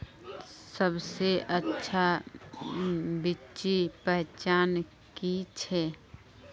सबसे अच्छा बिच्ची पहचान की छे?